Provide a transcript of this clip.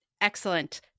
Excellent